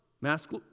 mask